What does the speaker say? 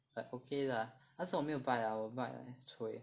like okay lah 但是我没有 bike liao 我的 bike like cui